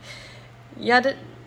ya th~